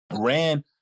ran